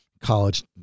college